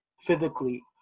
physically